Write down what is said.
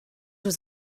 was